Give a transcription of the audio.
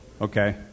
Okay